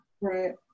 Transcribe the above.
Right